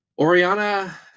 Oriana